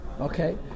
Okay